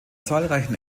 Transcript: zahlreichen